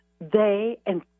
they—and